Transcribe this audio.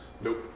Nope